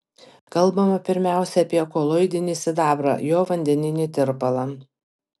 kalbama pirmiausia apie koloidinį sidabrą jo vandeninį tirpalą